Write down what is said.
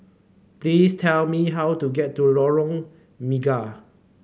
please tell me how to get to Lorong Mega